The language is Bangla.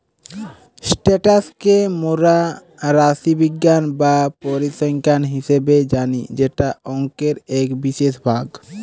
স্ট্যাটাস কে মোরা রাশিবিজ্ঞান বা পরিসংখ্যান হিসেবে জানি যেটা অংকের এক বিশেষ ভাগ